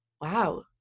wow